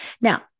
Now